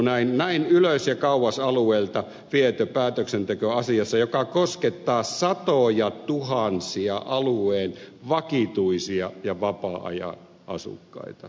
näin ylös ja kauas alueelta viety päätöksenteko asiassa joka koskettaa satojatuhansia alueen vakituisia ja vapaa ajan asukkaita